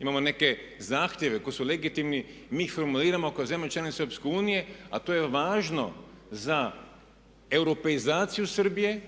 Imamo neke zahtjeve koji su legitimni, mi ih formuliramo kao zemlju članicu EU, a to je važno za europeizaciju Srbije